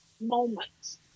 moments